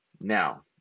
Now